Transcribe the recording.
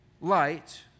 light